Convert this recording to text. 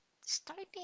starting